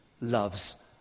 loves